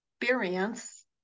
experience